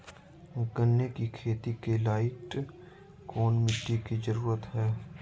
गन्ने की खेती के लाइट कौन मिट्टी की जरूरत है?